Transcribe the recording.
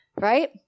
right